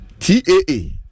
taa